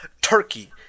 turkey